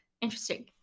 Interesting